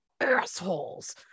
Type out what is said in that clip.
assholes